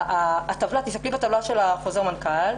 תסתכלי בטבלה של חוזר מנכ"ל,